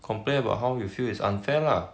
complain about how you feel is unfair lah